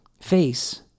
face